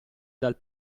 dal